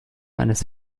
eines